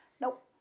Nope